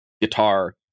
guitar